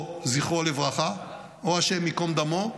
או "זכרו לברכה" או "השם ייקום דמו".